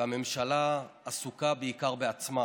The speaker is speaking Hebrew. והממשלה עסוקה בעיקר בעצמה,